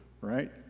right